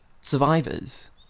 Survivors